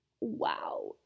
wow